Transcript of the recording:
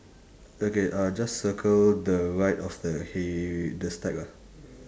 okay uh just circle the right of the hay the stack lah